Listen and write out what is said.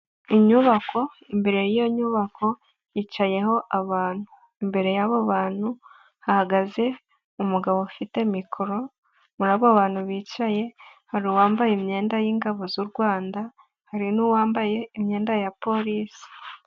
Inyubako imbere y'iyo nyubako yicayeho abantu, imbere yabo bantu hahagaze umugabo ufite mikoro, muri abo bantu bicaye, hari uwambaye imyenda y'ingabo z'u Rwanda, hari n'uwambaye imyenda ya polisi.